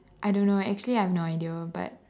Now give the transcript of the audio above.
I don't know actually I have no idea but